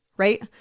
Right